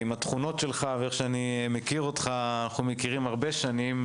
עם התכונות שלך ואיך שאני מכיר אותך ואנחנו מכירים הרבה שנים,